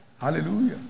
Hallelujah